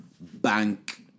bank